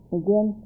again